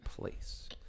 place